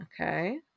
Okay